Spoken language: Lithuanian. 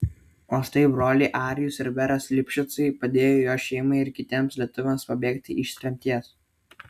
o štai broliai arijus ir beras lipšicai padėjo jo šeimai ir kitiems lietuviams pabėgti iš tremties